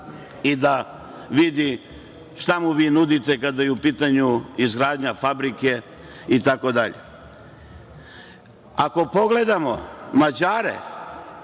da vidi šta mu vi nudite, kada je u pitanju izgradnja fabrike, itd. Ako pogledamo Mađare